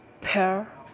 pear